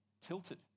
tilted